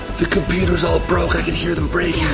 the computers all broke i can hear them breathe